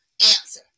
answer